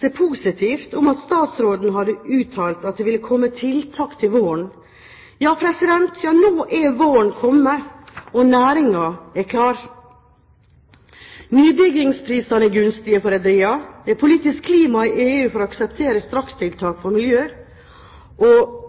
seg positivt i NRK om at statsråden hadde uttalt at det ville komme tiltak til våren. Nå har våren kommet, og næringen er klar! Nybyggingsprisene er gunstige for rederiene. Det er politisk klima i EU for å akseptere strakstiltak for miljøet, som også kan være med og